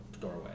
doorway